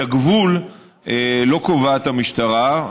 את הגבול לא קובעת המשטרה,